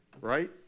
right